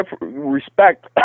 respect